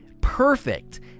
Perfect